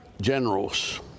generals